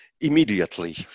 immediately